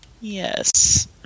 Yes